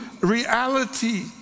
reality